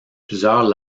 plusieurs